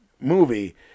movie